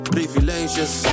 Privileges